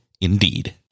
indeed